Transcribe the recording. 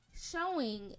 showing